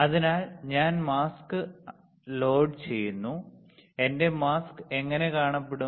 അതിനാൽ ഞാൻ മാസ്ക് ലോഡുചെയ്യുന്നു എന്റെ മാസ്ക് എങ്ങനെ കാണപ്പെടും